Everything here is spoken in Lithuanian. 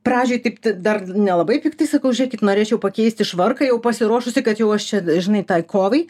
pradžioj taip dar nelabai piktai sakau žiūrėkit norėčiau pakeisti švarką jau pasiruošusi kad jau aš čia žinai tai kovai